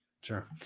Sure